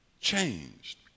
changed